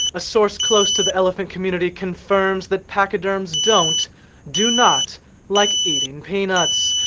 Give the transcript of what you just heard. a source close to the elephant community confirms that pachyderms don't do not like eating peanuts.